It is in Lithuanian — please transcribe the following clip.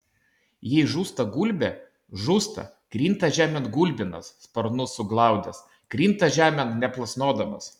jei žūsta gulbė žūsta krinta žemėn gulbinas sparnus suglaudęs krinta žemėn neplasnodamas